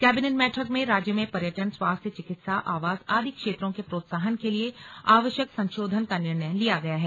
cabinet बैठक में राज्य में पर्यटन स्वास्थ्य चिकित्सा आवास आदि क्षेत्रों के प्रोत्साहन के लिए आवश्यक संशोधन का निर्णय लिया गया है